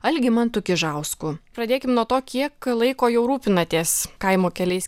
algimantu kižausku pradėkim nuo to kiek laiko jau rūpinatės kaimo keliais